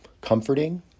comforting